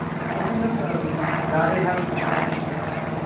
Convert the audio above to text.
ꯑꯗꯨꯗꯤ ꯅꯪꯅ ꯑꯗꯨꯝ ꯌꯥꯔꯦ ꯍꯥꯏꯕ ꯃꯇꯝꯗ ꯑꯗꯨꯝ ꯇꯧꯔꯛꯄ ꯌꯥꯅꯤ